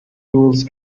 rules